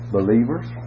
believers